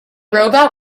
robot